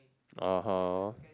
(uh huh)